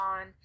on